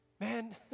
Man